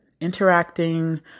interacting